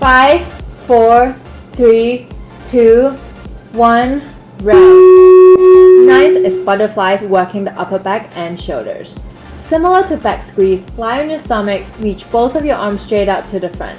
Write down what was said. five four three two one rest ninth is butterflies working the upper back and shoulders similar to back squeeze lie on your stomach reach both of your arms straight out to the front